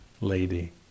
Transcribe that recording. lady